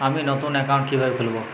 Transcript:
আমি নতুন অ্যাকাউন্ট কিভাবে খুলব?